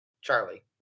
charlie